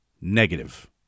negative